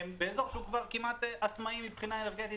וזה באזור שהוא כבר כמעט עצמאי מבחינה אנרגטית